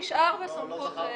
הכשרה נשאר בסמכות --- לא,